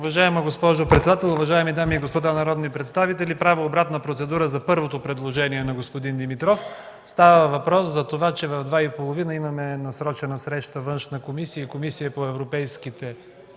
Уважаема госпожо председател, уважаеми дами и господа народни представители! Правя обратна процедура за първото предложение на господин Димитров. Става въпрос за това, че в 14,15 ч. имаме насрочена среща на Външната комисия и Комисията по европейските